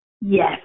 yes